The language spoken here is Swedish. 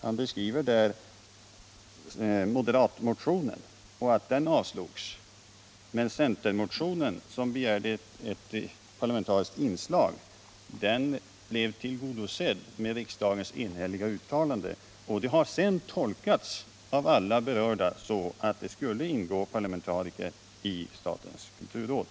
Han beskriver bara den moderata motionen och säger att den avslogs, men centermotionen, där man begärde ett parlamentariskt inslag och vilken blev tillgodosedd med riksdagens enhälliga uttalande, nämns inte i svaret. Detta uttalande har sedan av alla berörda tolkats så, att det skulle ingå parlamentariker i statens kulturråd.